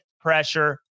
pressure